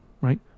right